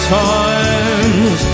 times